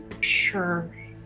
Sure